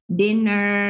dinner